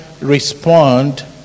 respond